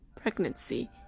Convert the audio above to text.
pregnancy